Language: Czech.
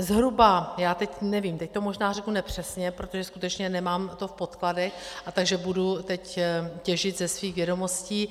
Zhruba od já teď nevím, teď to možná řeknu nepřesně, protože skutečně nemám to v podkladech, takže budu teď těžit ze svých vědomostí.